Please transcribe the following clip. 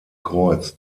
kreuz